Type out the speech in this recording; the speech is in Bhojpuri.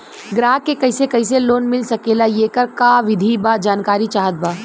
ग्राहक के कैसे कैसे लोन मिल सकेला येकर का विधि बा जानकारी चाहत बा?